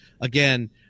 again